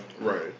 right